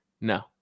No